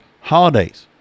holidays